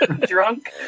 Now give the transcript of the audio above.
Drunk